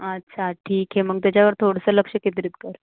अच्छा ठीक आहे मग त्याच्यावर थोडंसं लक्ष केंद्रित कर